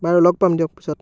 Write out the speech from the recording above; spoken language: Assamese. বাৰু লগ পাম দিয়ক পিছত